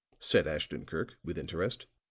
said ashton-kirk, with interest,